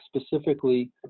specifically